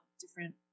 different